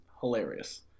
hilarious